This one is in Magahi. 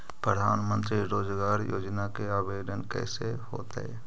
प्रधानमंत्री बेरोजगार योजना के आवेदन कैसे होतै?